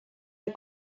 are